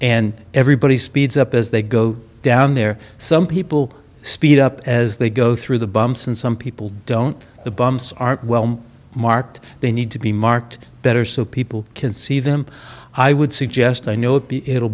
and everybody speeds up as they go down there some people speed up as they go through the bumps and some people don't the bumps aren't well marked they need to be marked better so people can see them i would suggest i know it